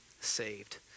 saved